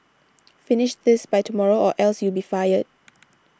finish this by tomorrow or else you'll be fired